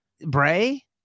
Bray